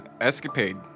escapade